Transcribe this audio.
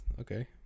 okay